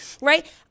Right